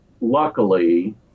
luckily